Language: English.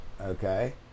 okay